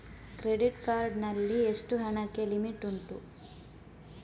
Credit card ನಲ್ಲಿ ಎಷ್ಟು ಹಣಕ್ಕೆ ಲಿಮಿಟ್ ಉಂಟು?